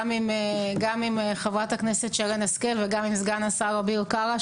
גם עם חברת הכנסת שרן השכל וגם עם סגן השר אביר קארה,